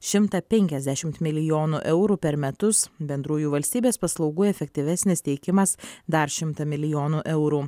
šimtą penkiasdešimt milijonų eurų per metus bendrųjų valstybės paslaugų efektyvesnis teikimas dar šimtą milijonų eurų